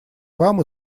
вам